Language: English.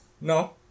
no